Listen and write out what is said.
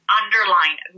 underline